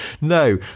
No